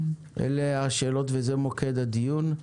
אלה השאלות וזה מוקד הדיון.